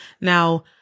Now